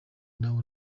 nawe